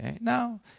Now